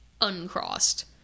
uncrossed